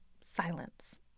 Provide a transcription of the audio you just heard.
silence